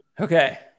Okay